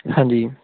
ਹਾਂਜੀ